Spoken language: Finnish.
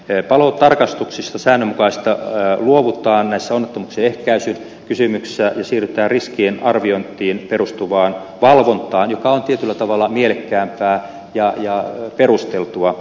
säännönmukaisista palotarkastuksista luovutaan näissä onnettomuuksien ehkäisykysymyksissä ja siirrytään riskien arviointiin perustuvaan valvontaan joka on tietyllä tavalla mielekkäämpää ja perusteltua